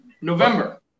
November